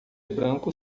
branco